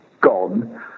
gone